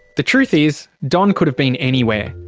the truth is, don could have been anywhere.